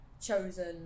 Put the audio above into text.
chosen